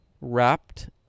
wrapped